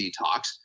detox